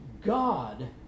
God